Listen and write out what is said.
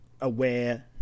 aware